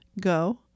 Go